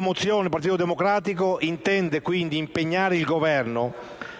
mozione, il Partito Democratico intende quindi impegnare il Governo,